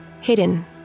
hidden